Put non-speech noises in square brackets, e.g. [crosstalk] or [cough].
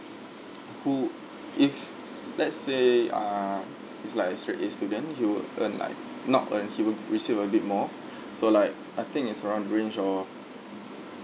who if s~ let's say ah it's like a straight A student he would earn like not earn he would receive a bit more [breath] so like I think it's around the range of